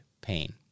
pain